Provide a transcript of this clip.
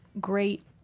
great